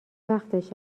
وقتش